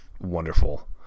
wonderful